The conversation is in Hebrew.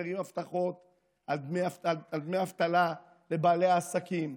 מפירים הבטחות על דמי אבטלה לבעלי העסקים,